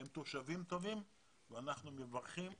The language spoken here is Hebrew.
הם תושבים טובים ואנחנו מברכים אותם.